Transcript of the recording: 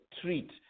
treat